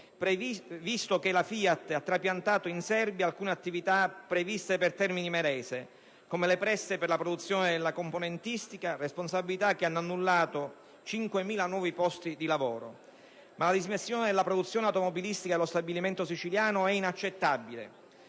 visto che la FIAT ha trapiantato in Serbia alcune attività previste per Termini Imerese, come le presse per la produzione della componentistica; responsabilità che hanno annullato 5.000 nuovi posti di lavoro. Ma la dismissione della produzione automobilistica dello stabilimento siciliano è inaccettabile.